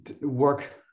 work